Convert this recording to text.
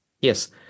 Yes